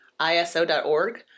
ISO.org